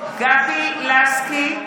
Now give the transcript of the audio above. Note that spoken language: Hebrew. (קוראת בשמות חברי הכנסת) גבי לסקי,